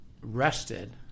rested